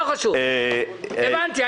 הבנתי.